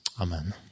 amen